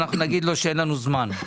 אנחנו נגיד לו שאין לנו זמן.